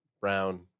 Brown